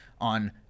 on